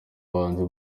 bahanzi